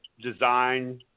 Design